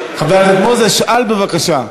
חבר הכנסת מוזס, שאל בבקשה.